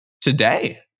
today